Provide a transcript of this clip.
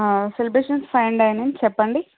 celebrations fine dining చెప్పండి